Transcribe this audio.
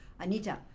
Anita